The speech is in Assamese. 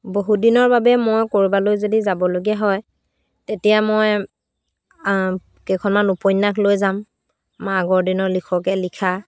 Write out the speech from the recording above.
বহুদিনৰ বাবে মই ক'ৰবালৈ যদি যাবলগীয়া হয় তেতিয়া মই কেইখনমান উপন্যাস লৈ যাম মা আগৰ দিনৰ লিখকে লিখা